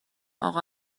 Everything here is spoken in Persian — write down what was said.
اقا